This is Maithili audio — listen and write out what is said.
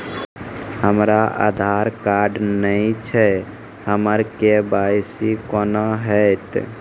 हमरा आधार कार्ड नई छै हमर के.वाई.सी कोना हैत?